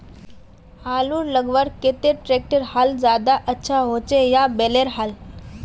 आलूर लगवार केते ट्रैक्टरेर हाल ज्यादा अच्छा होचे या बैलेर हाल?